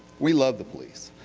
we love the police,